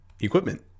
equipment